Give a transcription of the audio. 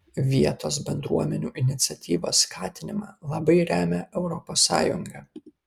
vietos bendruomenių iniciatyvos skatinimą labai remia europos sąjunga